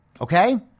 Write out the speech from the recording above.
Okay